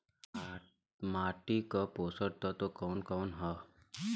माटी क पोषक तत्व कवन कवन ह?